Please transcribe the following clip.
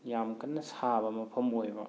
ꯌꯥꯝ ꯀꯟꯅ ꯁꯥꯕ ꯃꯐꯝ ꯑꯣꯏꯕ